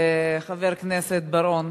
חבר הכנסת בר-און,